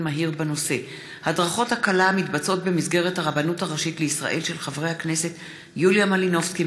מהיר בהצעתם של חברי הכנסת יוליה מלינובסקי,